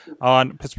on